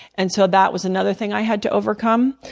and so that was another thing i had to overcome.